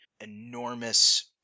enormous